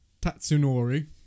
Tatsunori